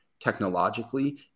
Technologically